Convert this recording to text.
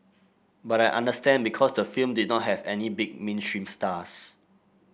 but I understand because the film did not have any big mainstream stars